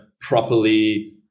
properly